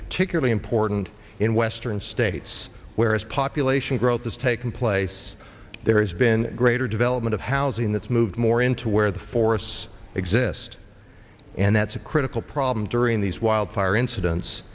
particularly important in western states where as population growth has taken place there has been greater development of housing that's moved more into where the forests exist and that's a critical problem during these wild fire incidents